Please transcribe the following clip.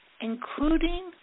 including